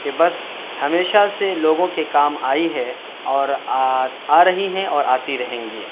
کہ بس ہمیشہ سے لوگوں کے کام آئی ہے اور آ رہی ہیں اور آتی رہیں گی